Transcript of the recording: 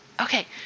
okay